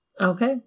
Okay